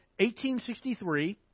1863